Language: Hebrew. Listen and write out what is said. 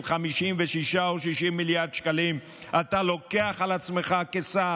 56 או 60 מיליארד שקלים אתה לוקח על עצמך כשר